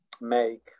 make